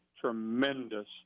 tremendous